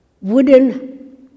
wooden